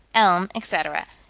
elm, etc,